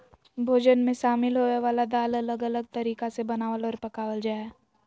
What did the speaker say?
भोजन मे शामिल होवय वला दाल अलग अलग तरीका से बनावल आर पकावल जा हय